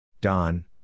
Don